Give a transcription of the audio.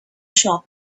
shop